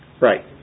Right